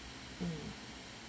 mm